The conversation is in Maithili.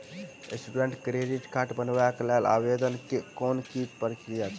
स्टूडेंट क्रेडिट कार्ड बनेबाक लेल आवेदन केँ की प्रक्रिया छै?